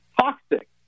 toxic